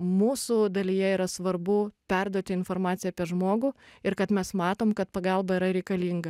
mūsų dalyje yra svarbu perduoti informaciją apie žmogų ir kad mes matom kad pagalba yra reikalinga